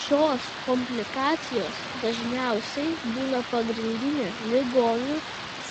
šios komplikacijos dažniausiai būna pagrindinė ligonių